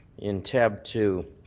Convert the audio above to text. in tab two,